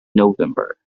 november